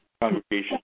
congregation